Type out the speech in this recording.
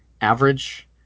average